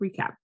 recap